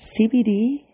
CBD